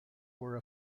were